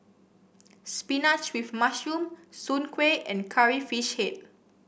spinach with mushroom Soon Kuih and Curry Fish Head